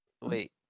Wait